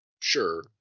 sure